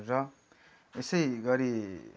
र यसै गरी